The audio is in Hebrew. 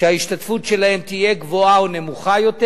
שההשתתפות שלהן תהיה גבוהה או נמוכה יותר,